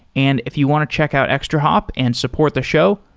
and if you want to check out extrahop and support the show,